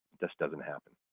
this doesn't happen.